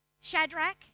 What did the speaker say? Shadrach